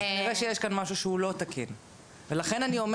בלשון המעטה,